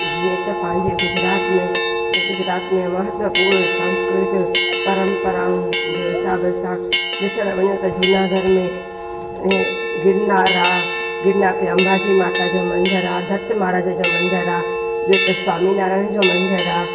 जीअं त पंहिंजे गुजरात में गुजरात में महत्वपूर्ण सांस्कृतिक परंपराउनि जे हिसाब सां ॾिसणु वञो त जूनागढ़ में ऐं गिरनार आहे गिरनार ते अंबा जी माता जी जो मंदरु आहे दत्त महाराज जो मंदरु आहे ॿियो त स्वामी नारायण जो मंदरु आहे